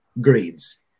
grades